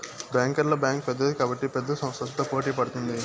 బ్యాంకర్ల బ్యాంక్ పెద్దది కాబట్టి పెద్ద సంస్థలతో పోటీ పడుతుంది